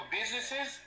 businesses